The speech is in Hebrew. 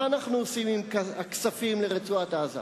מה אנחנו עושים עם הכספים לרצועת-עזה?